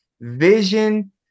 vision